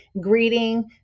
greeting